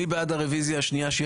מי בעד הרוויזיה השנייה?